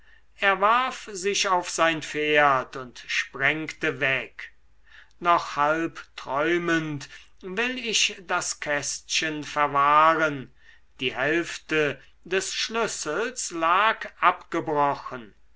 er warf sich auf sein pferd und sprengte weg noch halb träumend will ich das kästchen verwahren die hälfte des schlüssels lag abgebrochen